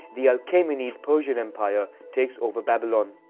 the achaemenid persian empire takes over babylon.